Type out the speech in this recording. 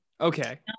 Okay